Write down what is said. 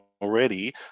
already